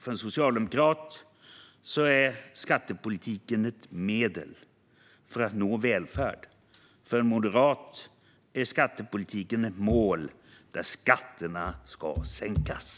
För en socialdemokrat är skattepolitiken ett medel för att nå välfärd. För en moderat är skattepolitiken ett mål där skatterna ska sänkas.